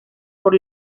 por